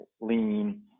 lean